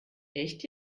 echt